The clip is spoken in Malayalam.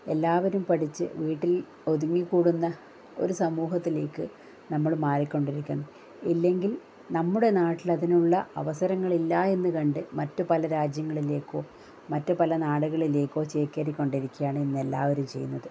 എല്ലാവരും പഠിച്ച് വീട്ടിൽ ഒതുങ്ങി കൂടുന്ന ഒരു സമൂഹത്തിലേക്ക് നമ്മള് മാറിക്കൊണ്ടിരിക്കുകയാണ് ഇല്ലെങ്കിൽ നമ്മുടെ നാട്ടിൽ അതിനുള്ള അവസരങ്ങളില്ലായെന്ന് കണ്ട് മറ്റ് പല രാജ്യങ്ങളിലേക്കോ മറ്റ് പല നാടുകളിലേക്കോ ചേക്കേറി കൊണ്ടിരിക്കുകയാണ് ഇന്ന് എല്ലാവരും ചെയ്യുന്നത്